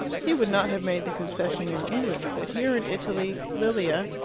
he would not have made the concession in england but here in italy, lilia,